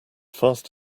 fast